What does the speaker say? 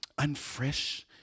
unfresh